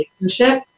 relationship